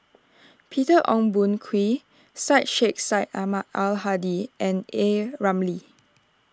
Peter Ong Boon Kwee Syed Sheikh Syed Ahmad Al Hadi and A Ramli